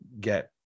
get